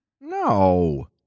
No